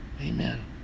amen